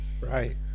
Right